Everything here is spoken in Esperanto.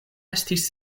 estis